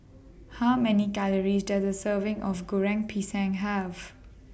How Many Calories Does A Serving of Goreng Pisang Have